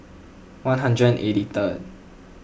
one hundred and eighty third